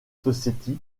society